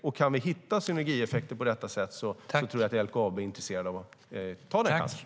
Om vi kan hitta synergieffekter på det sättet tror jag att LKAB är intresserat av att ta chansen.